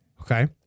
Okay